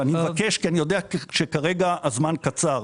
ואני מבקש, כי אני יודע שכרגע הזמן קצר.